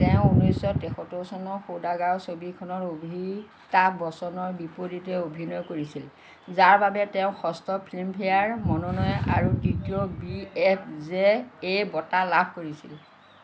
তেওঁ ঊনৈছশ তেসত্তৰ চনৰ সৌদাগৰ ছবিখনত অমিতাভ বচ্চনৰ বিপৰীতে অভিনয় কৰিছিল যাৰ বাবে তেওঁ ষষ্ঠ ফিল্মফেয়াৰ মনোনয়ন আৰু তৃতীয় বি এফ জে এ বঁটা লাভ কৰিছিল